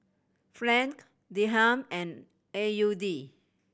Franc Dirham and A U D